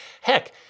heck